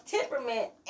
temperament